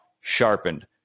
sharpened